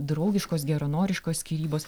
draugiškos geranoriškos skyrybos